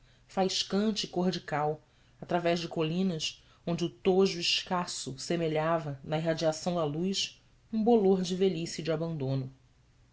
faiscante e cor de cal através de colinas onde o tojo escasso semelhava na irradiação da luz um bolor de velhice e de abandono